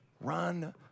Run